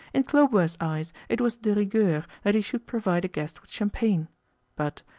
in khlobuev's eyes it was de rigueur that he should provide a guest with champagne but,